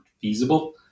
feasible